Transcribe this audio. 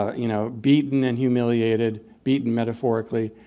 ah you know, beaten and humiliated, beaten metaphorically,